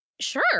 Sure